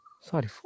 Sorry